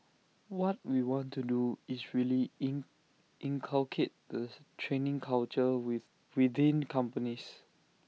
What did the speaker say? what we want to do is really in inculcate the training culture with within companies